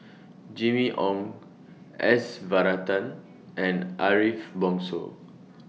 Jimmy Ong S Varathan and Ariff Bongso